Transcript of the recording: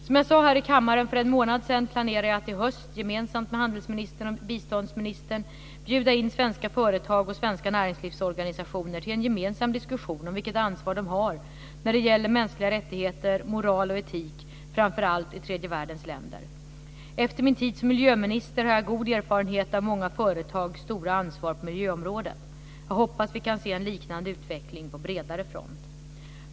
Som jag sade här i kammaren för en månad sedan planerar jag att i höst gemensamt med handelsministern och biståndsministern bjuda in svenska företag och svenska näringslivsorganisationer till en gemensam diskussion om vilket ansvar de har när det gäller mänskliga rättigheter, moral och etik, framför allt i tredje världens länder. Efter min tid som miljöminister har jag god erfarenhet av många företags stora ansvar på miljöområdet. Jag hoppas att vi kan se en liknande utveckling på bredare front.